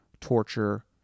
torture